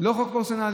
לא חוק פרסונלי?